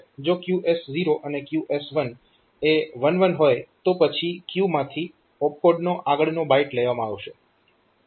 જો QS0 અને QS1 એ 1 1 હોય તો પછી ક્યુ માંથી ઓપકોડનો આગળનો બાઈટ લેવામાં આવશે